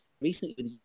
recently